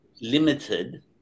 limited